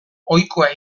ohikoa